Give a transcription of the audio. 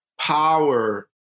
power